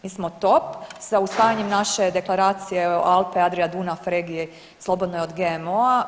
Mi smo top sa usvajanjem naše Deklaracije Alpe-Adria-Dunav, regije slobodne od GMO-a.